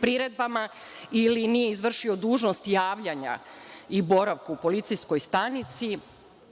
priredbama ili nije izvršio dužnost javljanja i boravka u policijskoj stanici,